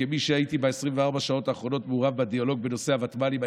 ב-24 השעות האחרונות הייתי מעורב בדיאלוג בנושא הוותמ"לים.